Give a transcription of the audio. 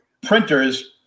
printers